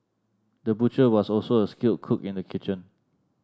the butcher was also a skilled cook in the kitchen